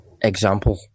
example